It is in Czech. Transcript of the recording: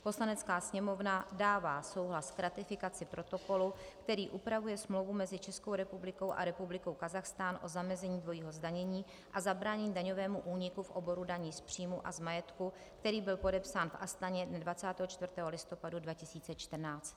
Poslanecká sněmovna dává souhlas k ratifikaci Protokolu, který upravuje smlouvu Smlouvu mezi Českou republikou a Republikou Kazachstán o zamezení dvojího zdanění a zabránění daňovému úniku v oboru daní z příjmu a z majetku a který byl podepsán v Astaně dne 24. listopadu 2014.